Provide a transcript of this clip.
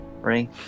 ring